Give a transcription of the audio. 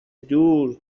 دور